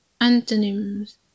Antonyms